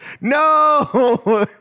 No